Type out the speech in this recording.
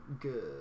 good